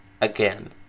again